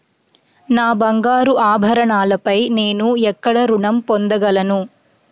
నా బంగారు ఆభరణాలపై నేను ఎక్కడ రుణం పొందగలను?